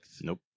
Nope